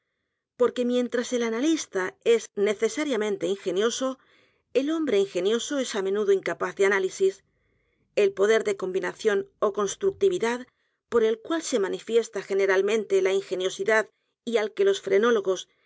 porque mientras el analista es necesariamente ingenioso el hombre ingenioso es á m e nudo incapaz de análisis el poder de combinación ó constructividad por el cual se manifiesta generalmente la ingeniosidad y al que los frenólogos